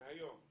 והיום?